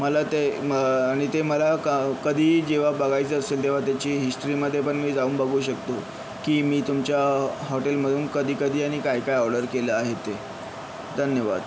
मला ते आणि ते मला क कधीही जेव्हा बघायचं असेल तेव्हा त्याची हिस्टरीमध्ये पण मी जाऊन बघू शकतो की मी तुमच्या हॉटेलमधून कधी कधी आणि काय काय ऑर्डर केलं आहे ते धन्यवाद